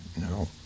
No